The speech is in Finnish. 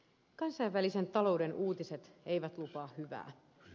kansainvälisen talouden uutiset eivät lupaa hyvää